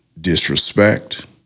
disrespect